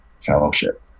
fellowship